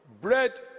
Bread